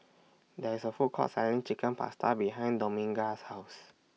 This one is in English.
There IS A Food Court Selling Chicken Pasta behind Dominga's House